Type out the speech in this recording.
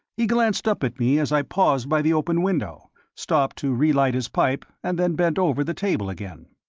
he glanced up at me as i paused by the open window, stopped to relight his pipe, and then bent over the table again.